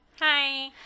Hi